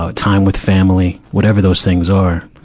ah time with family, whatever those things are,